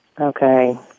Okay